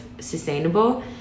sustainable